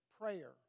prayer